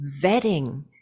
vetting